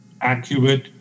accurate